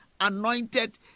anointed